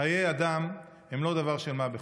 חיי אדם הם לא דבר של מה בכך.